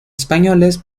españoles